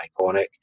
iconic